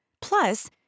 plus